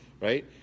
right